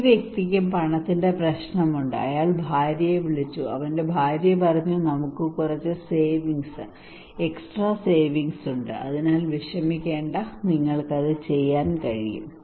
ഈ വ്യക്തിക്കും പണ പ്രശ്നമുണ്ട് അയാൾ ഭാര്യയെ വിളിച്ചു അവന്റെ ഭാര്യ പറഞ്ഞു നമുക്ക് കുറച്ച് സേവിംഗ്സ് എക്സ്ട്രാ സേവിംഗ്സ് ഉണ്ട് അതിനാൽ വിഷമിക്കേണ്ട നിങ്ങൾക്കത് ചെയ്യാൻ കഴിയും